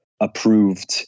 approved